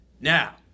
Now